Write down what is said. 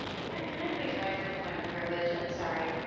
can i can i please rise to a point of privilege, i'm sorry?